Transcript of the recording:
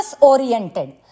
oriented